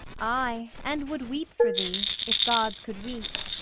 aye, and would weep for thee, if gods could weep.